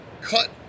cut